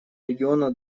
региона